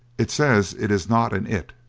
it says it is not an it,